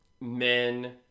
men